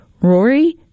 Rory